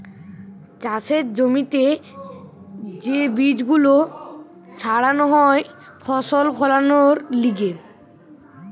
চাষের জমিতে যে বীজ গুলো ছাড়ানো হয় ফসল ফোলানোর লিগে